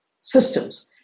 systems